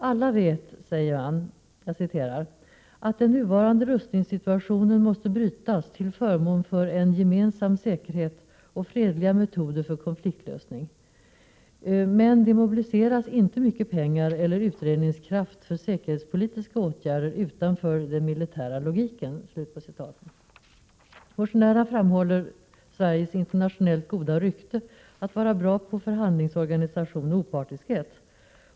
”Alla vet”, säger de, ”att den nuvarande rustningssituationen måste brytas till förmån för en "gemensam säkerhet och fredliga metoder för konfliktlösning. Men det mobiliseras inte mycket pengar eller utredningskraft för säkerhetspolitiska åtgärder utanför den militära logiken.” Motionärerna framhåller Sveriges internationellt goda rykte att vara bra på förhandlingsorganisation och opartiskhet.